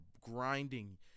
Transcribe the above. grinding